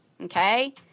okay